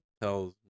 tells